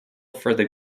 for